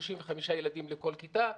35 ילדים לכל כיתה,